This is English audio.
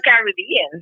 Caribbean